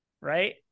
Right